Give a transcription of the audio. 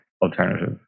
alternative